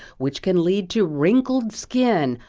which can lead to wrinkled skin,